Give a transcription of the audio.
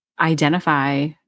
identify